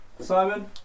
Simon